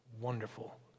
wonderful